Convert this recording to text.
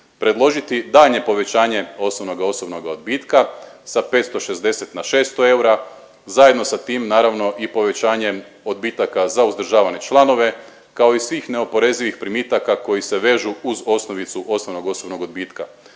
predložiti daljnje povećanje osnovnoga osobnoga odbitka sa 560 na 600 eura zajedno sa tim naravno i povećanje odbitaka za uzdržavane članove kao i svih neoporezivih primitaka koji se vežu uz osnovicu osnovnog osobnog odbitka.